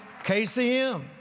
KCM